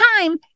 time